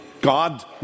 God